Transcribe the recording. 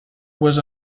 was